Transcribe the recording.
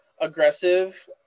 aggressive